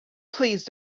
please